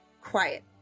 quiet